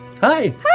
Hi